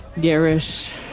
garish